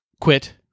Quit